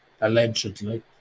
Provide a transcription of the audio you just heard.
Allegedly